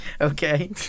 okay